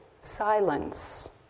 silence